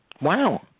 Wow